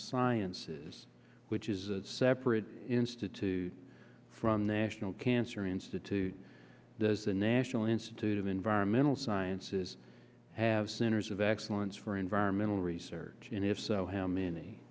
sciences which is a separate institute from national cancer institute the national institute of environmental sciences have centers of excellence for environmental research and if so how many